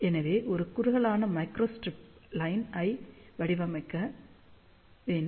எனவே ஒரு குறுகலான மைக்ரோ ஸ்ட்ரிப்லைன் ஐ வடிவமைக்க வேண்டும்